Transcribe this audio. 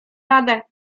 radę